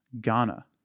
Ghana